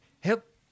help